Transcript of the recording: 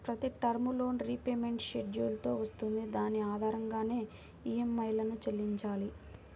ప్రతి term loan repayment schedule తో వస్తుంది దాని ఆధారంగానే ఈఎంఐలను చెల్లించాలి